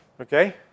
Okay